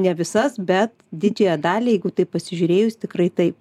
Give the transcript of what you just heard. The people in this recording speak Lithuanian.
ne visas bet didžiąją dalį jeigu taip pasižiūrėjus tikrai taip